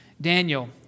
Daniel